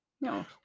No